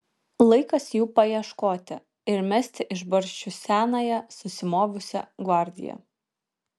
laikas jų paieškoti ir mesti iš barščių senąją susimovusią gvardiją